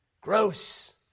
Gross